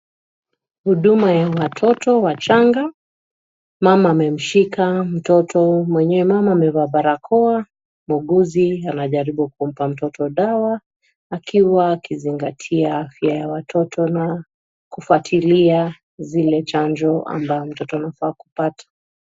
Huduma ya watoto wachanga. Mama amemshika mtoto mwenyewe. Mama amevaa barakoa. Muuguzi anajaribu kumpa mtoto dawa akiwa akizingatia afya ya watoto na kufuatilia zile chanjo ambayo mtoto anafaa kupata.